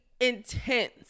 intense